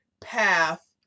path